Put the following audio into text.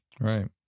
Right